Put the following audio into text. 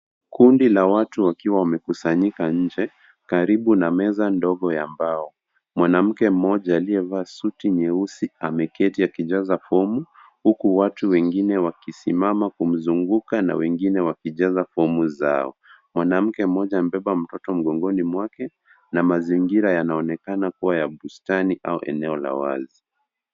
Kundi la watu wakiwa wamekusanyika nje karibu na meza ndogo ya mbao. Mwanamke moja aliyevaa suti nyeusi ameketi akijaza fomu huku watu wengine wakisimama kumzunguka na wengine wakijaza fomu zao. Mwanamke moja amebeba mtoto mgongoni mwake na mazingira yanaonekana kuwa ya bustani au eneo ya wazi.